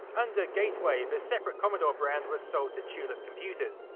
under gateway, the separate commodore brand was sold to tulip computers,